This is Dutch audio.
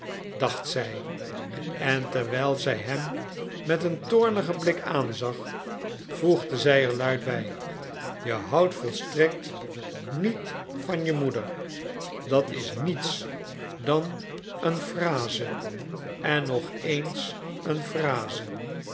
dacht zij en terwijl zij hem met een toornigen blik aanzag voegde zij er luid bij je houdt volstrekt niet van je moeder dat is niets dan een phrase en nog eens een